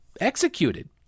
executed